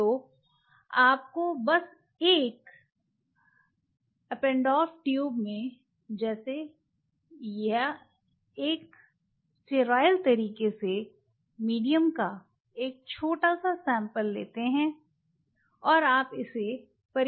तो आपको बस एक एप्पेन्डोर्फ ट्यूब में जैसे या एक स्टेराइल तरीके से मीडियम का एक छोटा सा सैंपल लेते हैं और आप इसे परीक्षण करते हैं